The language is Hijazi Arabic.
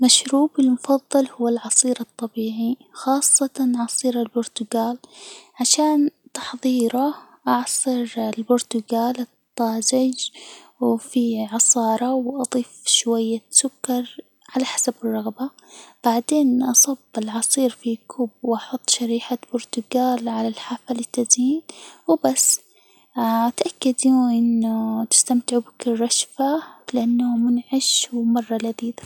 مشروبي المفضل هو العصير الطبيعي خاصة عصير البرتجال، عشان تحضيره أعصرالبرتجال الطازج، وفيه عصارة، وأضيف شوية سكر على حسب الرغبة، بعدين أصب العصير في كوب، وأحط شريحة برتقال على الحافة للتزيين وبس، تأكدون إنه تستمتعوا بكل رشفة لإنه منعش ومرة لذيذ.